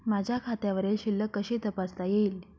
माझ्या खात्यावरील शिल्लक कशी तपासता येईल?